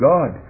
God